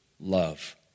love